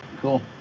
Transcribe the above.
Cool